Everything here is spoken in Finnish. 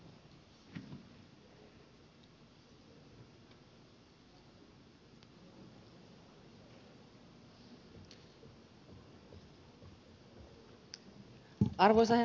arvoisa herra puhemies